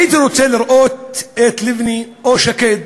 הייתי רוצה לראות את לבני או שקד